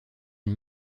une